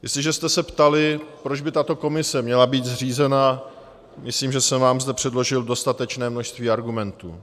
Jestliže jste se ptali, proč by tato komise měla být zřízena, myslím, že jsem vám zde předložil dostatečné množství argumentů.